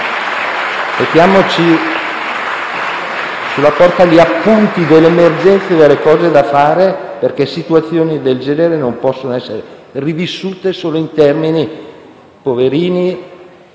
Mettiamoci sulla porta gli appunti delle emergenze e delle cose da fare, perché situazioni del genere non possono essere rivissute solo in termini «poverini»,